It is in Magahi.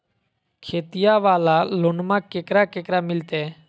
खेतिया वाला लोनमा केकरा केकरा मिलते?